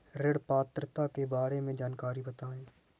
ऋण पात्रता के बारे में जानकारी बताएँ?